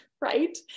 right